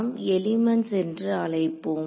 நாம் எலிமெண்ட்ஸ் என்று அழைப்போம்